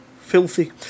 filthy